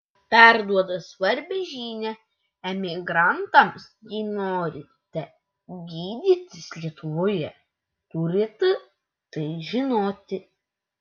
perduoda svarbią žinią emigrantams jei norite gydytis lietuvoje turite tai žinoti